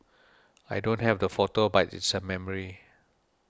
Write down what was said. I don't have the photo but it's a memory